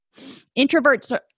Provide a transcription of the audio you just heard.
Introverts